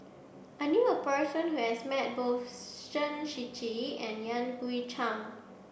I knew a person who has met both Shen Shiji and Yan Hui Chang